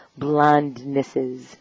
blondnesses